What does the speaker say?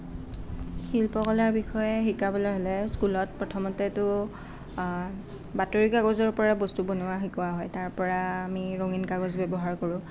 শিল্পকলাৰ বিষয়ে শিকাবলৈ হ'লে স্কুলত প্ৰথমতেতো বাতৰি কাগজৰ পৰা বস্তু বনোৱা শিকোৱা হয় তাৰ পৰা আমি ৰঙীন কাগজ ব্যৱহাৰ কৰোঁ